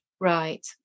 Right